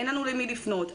אין לנו למי לפנות,